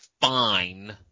fine